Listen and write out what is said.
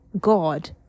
god